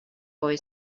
boy